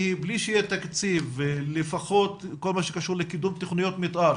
כי בלי שיהיה תקציב ולפחות כל מה שקישור לקידום תכניות מתאר,